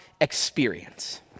experience